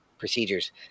procedures